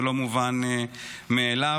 זה לא מובן מאליו.